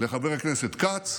לחבר הכנסת כץ,